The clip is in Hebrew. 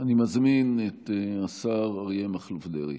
אני מזמין את השר אריה מכלוף דרעי.